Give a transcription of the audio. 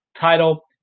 title